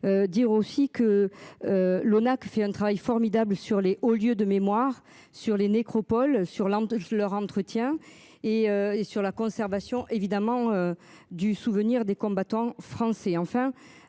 Dire aussi que. L'ONAC Fillon-travail formidables sur les hauts lieux de mémoire sur les nécropoles sur l'arme leur entretien et et sur la conservation évidemment du souvenir des combattants français